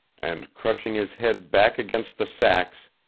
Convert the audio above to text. and, crushing his head back against the sacks,